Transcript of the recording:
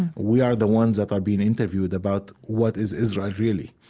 we are the ones that are being interviewed about what is israel really.